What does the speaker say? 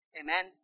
Amen